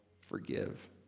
forgive